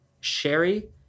sherry